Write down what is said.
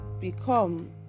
become